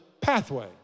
pathway